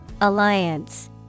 Alliance